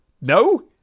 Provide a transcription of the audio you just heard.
No